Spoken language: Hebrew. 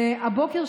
והבוקר,